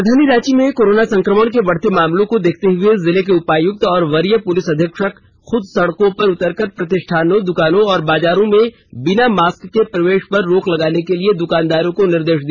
राजधानी रांची में कोरोना संकमा के बढ़ते मामलों को देखते हुए जिले के उपायुक्त और वरीय पुलिस अधीक्षक खुद सड़को पर उतरकर प्रतिष्ठानों दुकानों और बाजारों में बिना मास्क के प्रवेश पर रोक लगाने के लिए दुकानदारों को निर्देश दिया